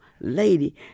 lady